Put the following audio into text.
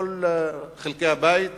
מכל חלקי הבית,